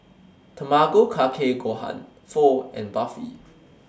Tamago Kake Gohan Pho and Barfi